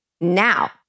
Now